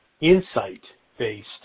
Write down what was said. insight-based